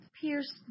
pierce